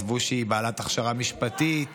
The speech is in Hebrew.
עזבו שהיא בעלת הכשרה משפטית.